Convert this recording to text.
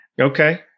Okay